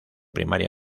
primaria